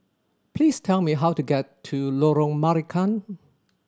please tell me how to get to Lorong Marican